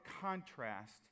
contrast